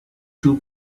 two